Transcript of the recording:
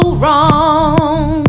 wrong